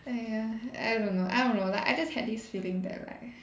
!aiya! I don't know I don't know like I just had this feeling that like